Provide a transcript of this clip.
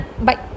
bye